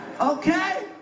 okay